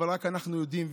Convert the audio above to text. אבל רק אנחנו יודעים,